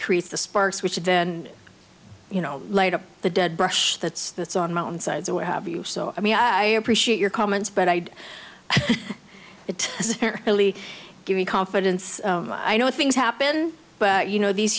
creates the sparks which would then you know light up the dead brush that's that's on mountainsides or what have you so i mean i appreciate your comments but i'd it really give me confidence i know things happen but you know these